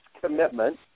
commitment